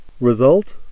Result